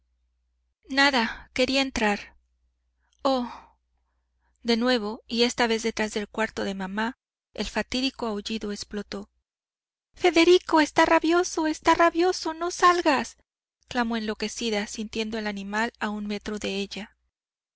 nada quería entrar oh de nuevo y esta vez detrás del cuarto de mamá el fatídico aullido explotó federico está rabioso está rabioso no salgas clamó enloquecida sintiendo el animal a un metro de ella